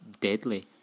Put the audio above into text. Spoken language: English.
deadly